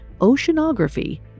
oceanography